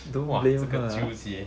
blame 这个纠结